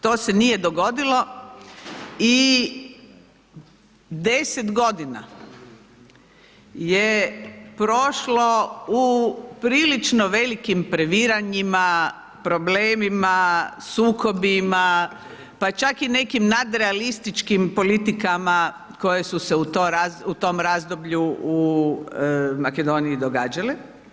To se nije dogodilo i 10 godina je prošlo u prilično velikim previranjima, problemima, sukobima, pa čak i nekim nadrealističkim politikama koje su se u tom razdoblju u Makedoniji događale.